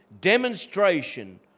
demonstration